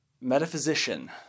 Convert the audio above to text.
metaphysician